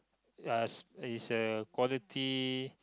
uh is a quality